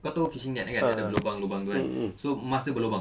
kau tahu fishing net kan ada lubang lubang tu kan so mask dia berlubang